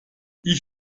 ich